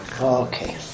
Okay